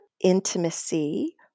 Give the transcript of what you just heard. intimacy